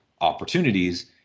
opportunities